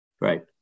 Right